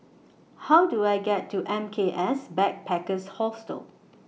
How Do I get to M K S Backpackers Hostel